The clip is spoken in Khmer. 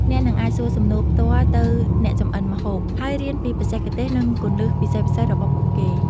អ្នកនឹងអាចសួរសំណួរផ្ទាល់ទៅអ្នកចម្អិនម្ហូប ហើយរៀនពីបច្ចេកទេស និងគន្លឹះពិសេសៗរបស់ពួកគេ។